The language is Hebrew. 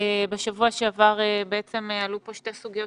בשבוע שעבר עלו כאן שתי סוגיות